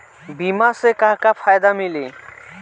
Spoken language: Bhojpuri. बीमा से का का फायदा मिली?